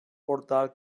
portal